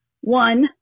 One